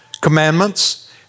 commandments